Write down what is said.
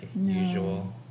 usual